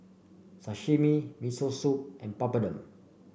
Sashimi Miso Soup and Papadum